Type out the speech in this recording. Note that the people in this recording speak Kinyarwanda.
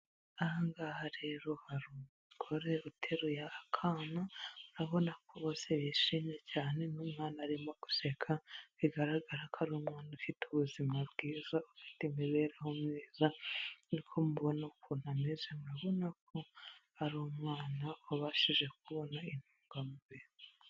Aha ngaha rero hari umugore uteruye akana, urabona ko bose bishimye cyane n'umwana arimo guseka bigaragara ko ari umuntu ufite ubuzima bwiza, ufite imibereho myiza, ni uko mubona ukuntu ameze murabona ko ari umwana wabashije kubona intungamubiri.